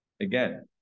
Again